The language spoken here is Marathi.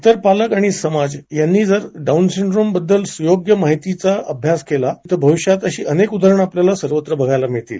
इतर पालक आणि समाज यांनी जर डाऊन सिंड्रोमबद्दल सुयोग्य माहितीचा अभ्यास केला तर भविष्यात अशी अनेक उदाहरणं सर्वत्र बघायला मिळतील